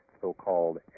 so-called